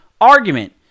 argument